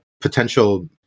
potential